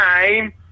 name